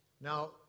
Now